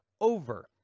over